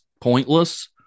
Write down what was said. pointless